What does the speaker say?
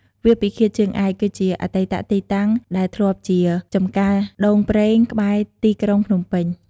វាលពិឃាតជើងឯក គឺជាអតីតទីតាំងដែលធ្លាប់ជាចំការចម្ការដូងប្រេងក្បែរទីក្រុងភ្នំពេញ។